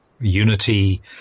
unity